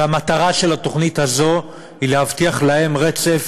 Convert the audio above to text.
והמטרה של התוכנית הזאת היא להבטיח להם רצף